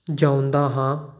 ਜਾਂਦਾ ਹਾਂ